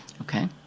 Okay